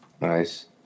Nice